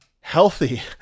healthy